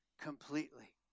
completely